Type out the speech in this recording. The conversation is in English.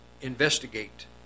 investigate